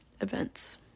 events